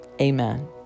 Amen